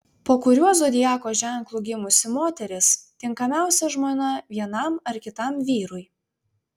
po kuriuo zodiako ženklu gimusi moteris tinkamiausia žmona vienam ar kitam vyrui